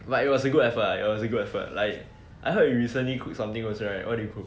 but it was a good effort lah it was a good effort like I heard you recently cook something also right what did you cook